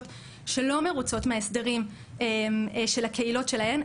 שלא מרוצות מההסדרים של הקהילות שלהן,